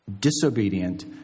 disobedient